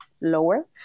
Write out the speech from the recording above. lower